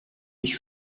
ich